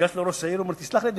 וניגש לראש העיר ואמר: תסלח לי,